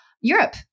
Europe